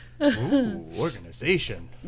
organization